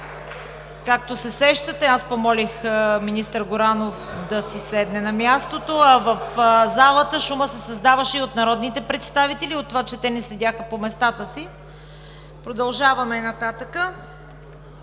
Както се сещате, аз помолих министър Горанов да си седне на мястото, а в залата шумът се създаваше и от народните представители, и от това, че те не седяха по местата си. Продължаваме нататък.